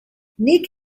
nick